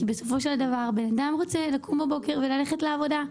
כי בסופו של דבר אדם רוצה לקום בבוקר וללכת לעבודה,